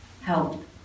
help